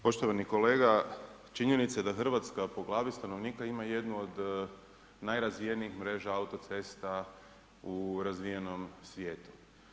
Poštovani kolega, činjenica je da Hrvatska po glavi st. ima jednu od najrazvijenijih mreža autocesta u razvijenom svijetu.